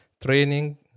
training